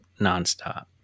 nonstop